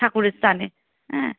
ঠাকুরের স্থানে হ্যাঁ